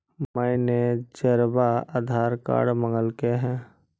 मैनेजरवा आधार कार्ड मगलके हे?